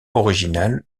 originales